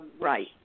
Right